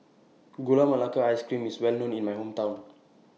Gula Melaka Ice Cream IS Well known in My Hometown